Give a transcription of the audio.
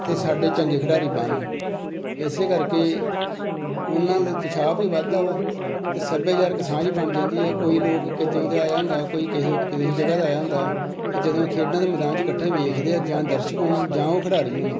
ਅਤੇ ਸਾਡੇ ਚੰਗੇ ਖਿਡਾਰੀ ਬਣਨ ਇਸ ਕਰਕੇ ਉਹਨਾਂ ਲਈ ਉਤਸ਼ਾਹ ਵੀ ਵੱਧਦਾ ਵਾ ਅਤੇ ਸੱਭਿਆਚਾਰਕ ਸਾਂਝ ਵੀ ਬਣ ਜਾਂਦੀ ਹੈ ਕੋਈ ਲੋਕ ਕਿਤਿਓ ਤੋਂ ਆਇਆ ਹੁੰਦਾ ਕੋਈ ਕਿਸੇ ਕਿਸੇ ਜਗ੍ਹਾ ਤੋਂ ਆਇਆ ਹੁੰਦਾ ਅਤੇ ਜਦੋਂ ਉਹ ਖੇਡਾਂ ਦੇ ਮੈਦਾਨ 'ਚ ਇਕੱਠੇ ਵੇਖਦੇ ਆ ਜਾਂ ਦਰਸ਼ਕ ਹੋਣ ਜਾਂ ਉਹ ਖਿਡਾਰੀ ਹੋਣ